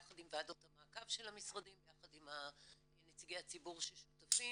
יחד עם ועדות המעקב של המשרדים ויחד עם נציגי הציבור השותפים